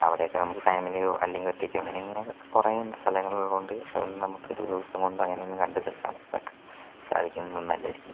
അവിടെ ഒക്കെ നമുക്ക് ഫാമിലിയോ അല്ലെങ്കിൽ ഒറ്റക്കോ അങ്ങനെ ഇങ്ങനെ കുറെ സ്ഥലങ്ങളുള്ളതുകൊണ്ട് അതൊന്നും നമുക്ക് ഒരു ദിവസം കൊണ്ട് അങ്ങനെയൊന്നും കണ്ട് തീർക്കാൻ സാധിക്കുന്ന ഒന്നല്ലായിരിക്കും